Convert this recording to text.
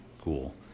cool